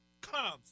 comes